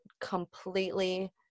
completely